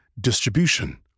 distribution